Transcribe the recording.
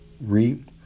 reap